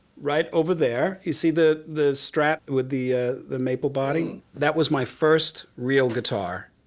right over there. you see the the strat with the the maple body, that was my first real guitar.